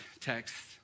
text